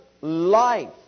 life